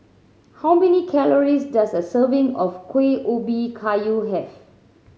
how many calories does a serving of Kueh Ubi Kayu have